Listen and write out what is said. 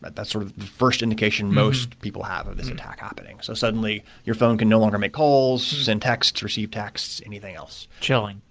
but that's the sort of first indication most people have of this attack happening. so suddenly, your phone can no longer make calls, send texts, receive texts, anything else. chilling.